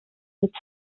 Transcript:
with